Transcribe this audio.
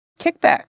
kickback